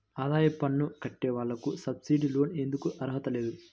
ఆదాయ పన్ను కట్టే వాళ్లకు సబ్సిడీ లోన్ ఎందుకు అర్హత లేదు?